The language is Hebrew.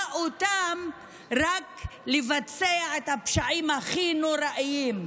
אותם לבצע את הפשעים הכי נוראיים.